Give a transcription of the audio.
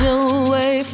away